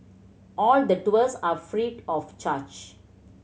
all the tours are free of charge